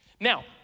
Now